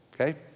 okay